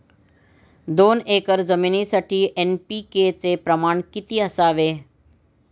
दोन एकर जमिनीसाठी एन.पी.के चे प्रमाण किती असावे?